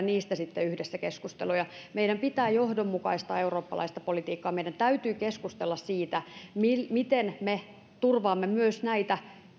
niistä sitten yhdessä keskusteluja meidän pitää johdonmukaistaa eurooppalaista politiikkaa meidän täytyy keskustella siitä miten me turvaamme myös näitä